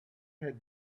had